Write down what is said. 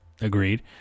Agreed